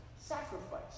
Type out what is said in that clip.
Sacrifice